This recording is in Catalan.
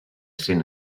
sent